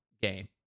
game